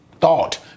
thought